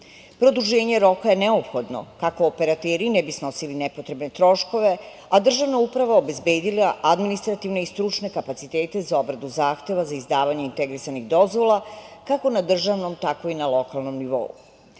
godine. Produženje roka je neophodno kako operateri ne bi snosili nepotrebne troškove, a državna uprava obezbedila administrativne i stručne kapaciteta za obradu zahteva za izdavanje integrisanih dozvola kako na državnom, tako i na lokalnom nivou. Jedan